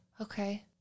Okay